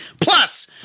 Plus